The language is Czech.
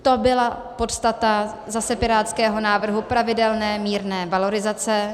To byla podstata zase pirátského návrhu pravidelné, mírné valorizace.